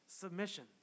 submission